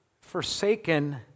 forsaken